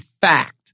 fact